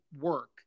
work